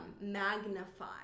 magnify